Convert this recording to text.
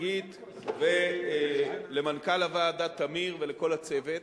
שגית ולמנכ"ל הוועדה טמיר ולכל הצוות.